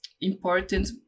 important